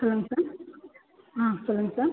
சொல்லுங்கள் சார் ஆ சொல்லுங்கள் சார்